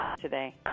today